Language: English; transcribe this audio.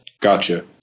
Gotcha